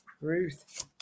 Ruth